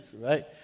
right